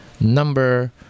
number